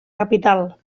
capital